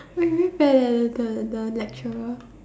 mmhmm ya ya the the the lecturer